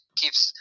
keeps